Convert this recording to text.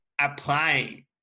applying